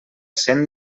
sent